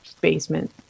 basement